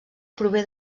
prové